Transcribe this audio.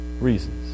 reasons